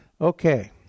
Okay